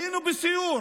היינו בסיור,